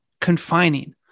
confining